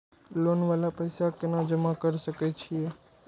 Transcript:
Loan वाला पैसा केना जमा कर सके छीये?